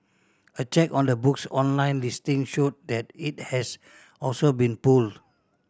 a check on the book's online listing showed that it has also been pulled